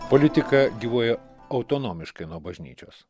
politika gyvuoja autonomiškai nuo bažnyčios